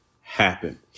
happen